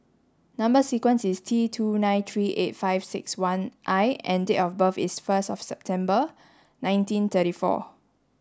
number sequence is T two nine three eight five six one I and date of birth is first of September nineteen thirty four